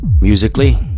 Musically